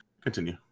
Continue